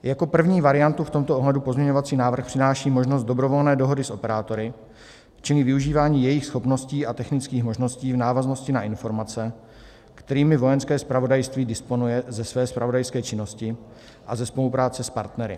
Jako první variantu v tomto ohledu pozměňovací návrh přináší možnost dobrovolné dohody s operátory, čili využívání jejich schopností a technických možností v návaznosti na informace, kterými Vojenské zpravodajství disponuje ze své zpravodajské činnosti a ze spolupráce s partnery.